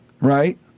right